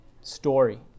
story